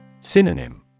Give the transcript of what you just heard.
Synonym